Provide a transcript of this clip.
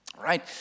right